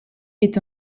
est